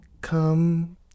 come